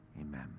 amen